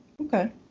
Okay